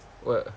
what